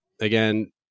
Again